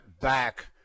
back